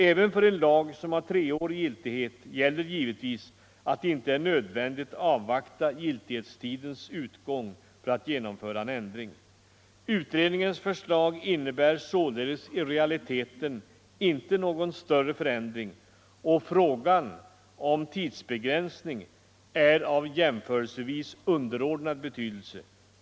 Även för en lag som har treårig giltighet gäller givetvis att det inte är nödvändigt avvakta giltighetstidens utgång för att genomföra en ändring. Utredningens förslag innebär således i realiteten inte någon större förändring och frågan om tidsbegränsning är av jämförelsevis underordnad betydelse.